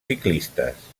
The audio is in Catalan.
ciclistes